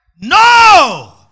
No